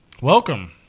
welcome